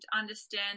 understand